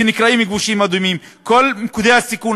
שנקראים "כבישים אדומים" כל מוקדי הסיכון,